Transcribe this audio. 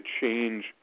change